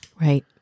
Right